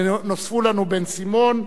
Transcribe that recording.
ונוספו לנו בן-סימון,